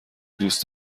دوست